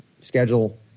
schedule